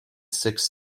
six